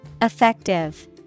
Effective